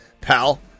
pal